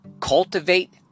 Cultivate